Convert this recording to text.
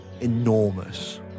enormous